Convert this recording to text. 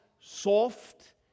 soft